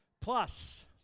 plus